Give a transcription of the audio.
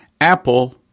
Apple